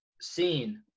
seen